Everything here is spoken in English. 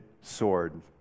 sword